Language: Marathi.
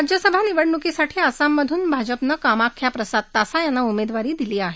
राज्यसभा निवडणुकीसाठी आसाम मधून भाजपानं कामाख्या प्रसाद तासा यांना उमेदवारी दिली आहे